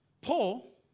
Paul